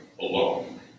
alone